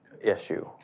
issue